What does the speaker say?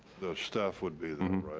the staff would be there?